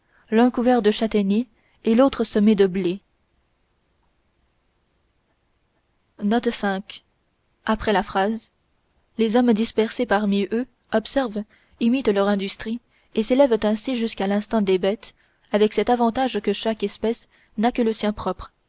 chaque pas des magasins et des retraites aux animaux de toute espèce les hommes dispersés parmi eux observent imitent leur industrie et s'élèvent ainsi jusqu'à l'instinct des bêtes avec cet avantage que chaque espèce n'a que le sien propre